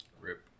Rip